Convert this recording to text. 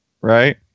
right